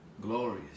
glorious